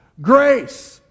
grace